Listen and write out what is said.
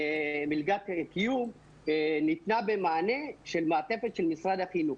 מלגת קיום נתנה מענה במעטפת של משרד החינוך.